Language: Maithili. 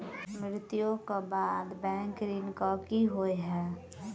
मृत्यु कऽ बाद बैंक ऋण कऽ की होइ है?